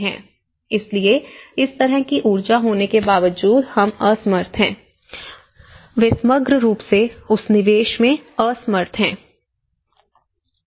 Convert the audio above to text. इसलिए इस तरह की ऊर्जा होने के बावजूद हम असमर्थ हैं वे समग्र रूप से उस निवेश में असमर्थ थे